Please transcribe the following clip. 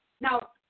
Now